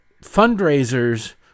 Fundraisers